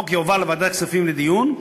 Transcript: החוק יועבר לוועדת הכספים לדיון.